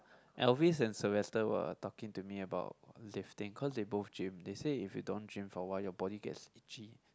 Elvis and Sylvester were talking to me about lifting cause they both gym they say if you don't gym for a while your body gets itchy